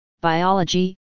biology